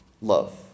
love